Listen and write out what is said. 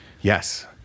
Yes